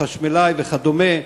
חשמלאי וכדומה,